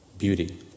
beauty